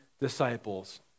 disciples